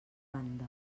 banda